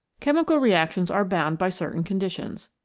chemical reactions are bound by certain con ditions.